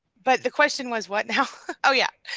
but the question was what now? oh yeah,